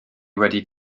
wedi